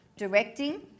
directing